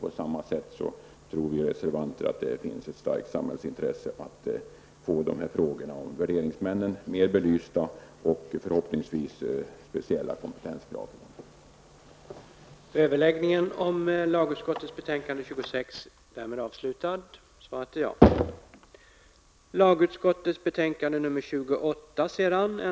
På samma sätt tror vi reservanter att det finns ett starkt samhällsintresse av att få de här frågorna om värderingsmännen mer belysta, så att vi också förhoppningsvis kan få speciella kompetenskrav för dem.